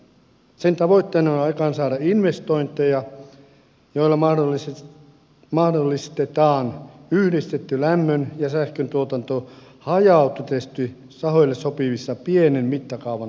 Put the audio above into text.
sen tavoitteena on aikaansaada investointeja joilla mahdollistetaan yhdistetty lämmön ja sähköntuotanto hajautetusti sahoille sopivissa pienen mittakaavan laitoksissa